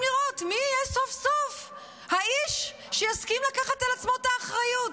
לראות מי יהיה סוף-סוף האיש שיסכים לקחת על עצמו את האחריות.